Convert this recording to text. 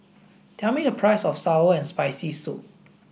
tell me the price of sour and spicy soup